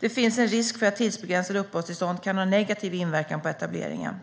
Det finns en risk för att tidsbegränsade uppehållstillstånd kan ha negativ inverkan på etableringen.